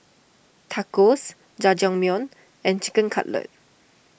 Tacos Jajangmyeon and Chicken Cutlet